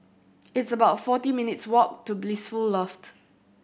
it's about forty minutes' walk to Blissful Loft